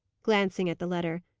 glancing at the letter,